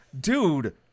dude